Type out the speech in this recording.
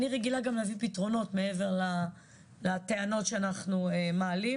אני רגילה גם להביא פתרונות מעבר לטענות שאנחנו מעלים,